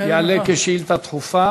כשאילתה דחופה